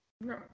No